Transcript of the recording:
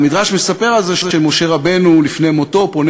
המדרש מספר על זה שמשה רבנו לפני מותו פונה